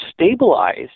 stabilized